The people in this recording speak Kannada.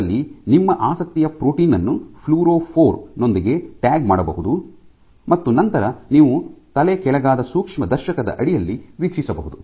ಇದರಲ್ಲಿ ನಿಮ್ಮ ಆಸಕ್ತಿಯ ಪ್ರೋಟೀನ್ ಅನ್ನು ಫ್ಲೋರೊಫೋರ್ ನೊಂದಿಗೆ ಟ್ಯಾಗ್ ಮಾಡಬಹುದು ಮತ್ತು ನಂತರ ನೀವು ತಲೆಕೆಳಗಾದ ಸೂಕ್ಷ್ಮದರ್ಶಕದ ಅಡಿಯಲ್ಲಿ ವೀಕ್ಷಿಸಬಹುದು